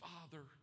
father